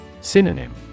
Synonym